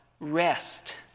rest